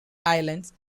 islands